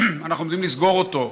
אנחנו עומדים לסגור אותו,